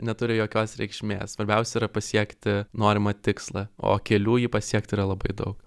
neturi jokios reikšmės svarbiausia yra pasiekti norimą tikslą o kelių jį pasiekti yra labai daug